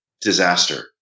disaster